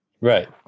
Right